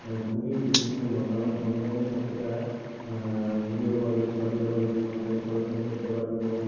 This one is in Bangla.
মানে খুবই গুরুত্বপূর্ণ কারণ অনলাইনে থাকলে তারা ভিডিও কলিং অডিও কলিংয়ের মাধ্যমে পড়াশুনা করতে পারবে এবং